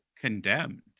condemned